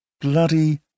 Bloody